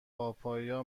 پاپایا